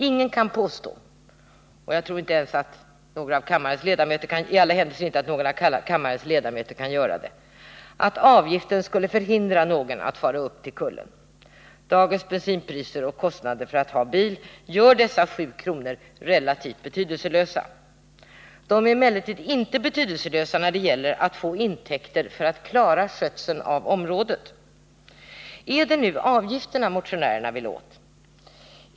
Ingen kan påstå — jag tror i alla händelser inte att någon av kammarens ledamöter vill göra det — att avgiften skulle förhindra någon att fara upp till kullen. Dagens bensinpriser och kostnader för att ha bil gör dessa 7 kr. relativt betydelselösa. De är emellertid inte betydelselösa när det gäller att få intäkter för att klara skötseln av området. Är det nu avgifterna som motionärerna vill åt?